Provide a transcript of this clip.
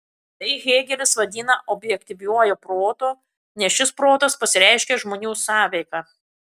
tai hėgelis vadina objektyviuoju protu nes šis protas pasireiškia žmonių sąveika